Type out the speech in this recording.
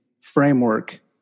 framework